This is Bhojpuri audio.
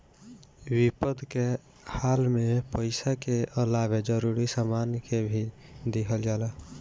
विपद के हाल में पइसा के अलावे जरूरी सामान के भी दिहल जाला